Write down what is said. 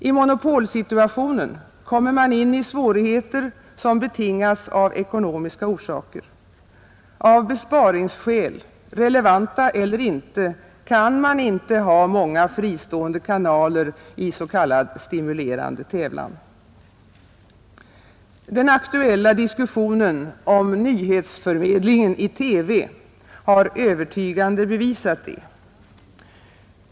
I monopolsituationen kommer man in i svårigheter som betingas av ekonomiska orsaker; av besparingsskäl, relevanta eller inte, kan vi inte ha många fristående kanaler i s.k. ”stimulerande tävlan”. Den aktuella diskussionen om nyhetsförmed lingen i TV har övertygande bevisat det.